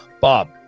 Bob